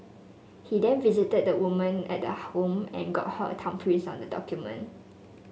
he then visited the woman at the home and got her thumbprints on the document